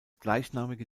gleichnamige